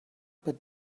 but